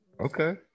Okay